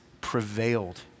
prevailed